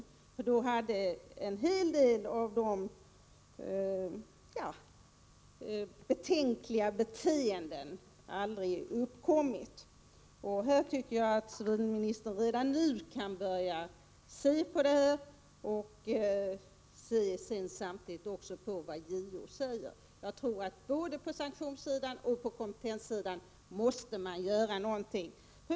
Om vi tidigare hade fått en sådan, hade en hel del av dessa — låt mig säga — betänkliga beteenden aldrig uppkommit. Jag tycker att civilministern redan nu kan börja se över detta, samtidigt som han tar del av vad JO säger. Jag tror att man både på sanktionssidan och på kompetenssidan måste göra någonting.